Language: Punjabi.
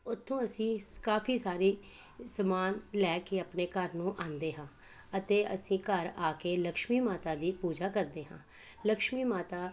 ਉੱਥੋਂ ਅਸੀਂ ਸ ਕਾਫੀ ਸਾਰੇ ਸਮਾਨ ਲੈ ਕੇ ਆਪਣੇ ਘਰ ਨੂੰ ਆਉਂਦੇ ਹਾਂ ਅਤੇ ਅਸੀਂ ਘਰ ਆ ਕੇ ਲਕਸ਼ਮੀ ਮਾਤਾ ਦੀ ਪੂਜਾ ਕਰਦੇ ਹਾਂ ਲਕਸ਼ਮੀ ਮਾਤਾ